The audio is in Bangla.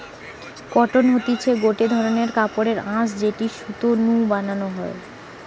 কটন হতিছে গটে ধরণের কাপড়ের আঁশ যেটি সুতো নু বানানো হয়